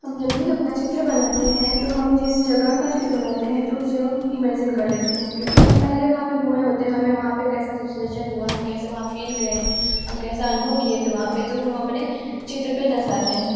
हम जब भी अपना चित्र बनाते हैं तो हम जिस जगह का चित्र बनाते हैं तो उस जगह काे हम इमैजिन कर लेते हैं क्योंकि हम पहले वहाँ पर घूमे होते हैं हमें वहाँ पर कैसा सिचुएशन हुआ हम कैसे वहाँ फील करे हम कैसा अनुभव किए थे वहाँ पर तो हम अपने चित्र पर दर्शाते हैं